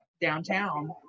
downtown